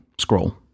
scroll